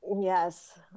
Yes